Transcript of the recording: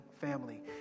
family